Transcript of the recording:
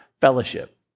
fellowship